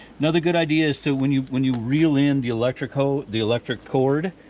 another good idea is to, when you when you reel in the electric ah the electric cord,